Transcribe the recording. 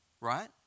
Right